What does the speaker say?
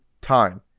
time